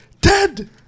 dead